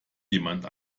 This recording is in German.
jemand